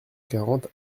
quarante